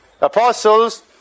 apostles